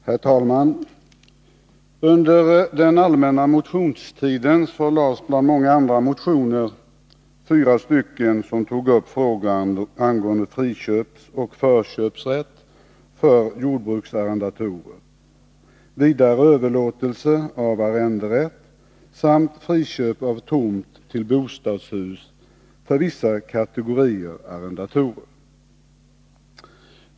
Herr talman! Under den allmänna motionstiden lades bland många andra motioner fram fyra stycken som tog upp frågor angående friköpsoch förköpsrätt för jordbruksarrendatorer. Vidare berördes överlåtelse av arrenderätt samt friköp av tomt till bostadshus för vissa kategorier arrendatorer.